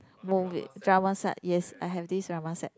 movie drama set yes I have this drama set